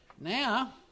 Now